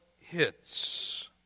hits